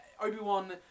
Obi-Wan